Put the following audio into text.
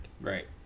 Right